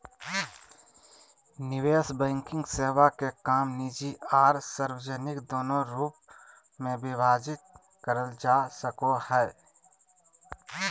निवेश बैंकिंग सेवा के काम निजी आर सार्वजनिक दोनों रूप मे विभाजित करल जा सको हय